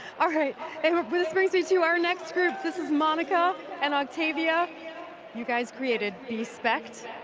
ah this brings me to our next group this is monica and octavia you guys created beespect.